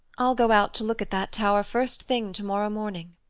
i'll go out to look at that tower first thing to-morrow morning.